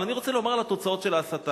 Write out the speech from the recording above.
אני רוצה לומר על התוצאות של ההסתה